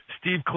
Steve